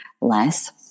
less